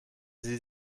sie